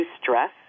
stress